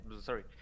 sorry